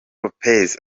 lopez